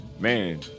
Man